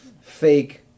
fake